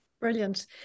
Brilliant